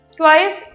twice